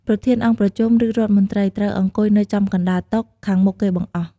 ប្រធានអង្គប្រជុំ ឬរដ្ឋមន្ត្រី ត្រូវអង្គុយនៅចំកណ្ដាលតុ ខាងមុខគេបង្អស់។